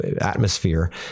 atmosphere